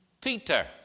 Peter